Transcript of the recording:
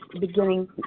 beginning